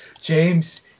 James